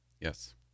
Yes